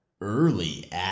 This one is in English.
early